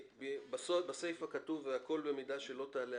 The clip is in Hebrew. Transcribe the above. כמו שפעם היה שרל"ש של ראש הממשלה היה אלוף והיום הוא תת אלוף.